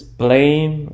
blame